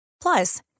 Plus